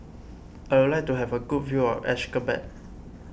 I would like to have a good view of Ashgabat